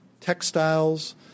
textiles